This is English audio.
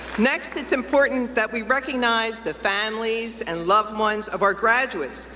next, it's important that we recognize the families and loved ones of our graduates.